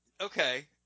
Okay